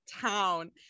town